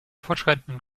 fortschreitenden